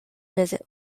visit